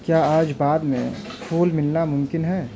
کیا آج بعد میں ملنا ممکن ہے